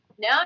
now